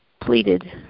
pleaded